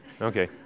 okay